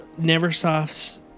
Neversoft's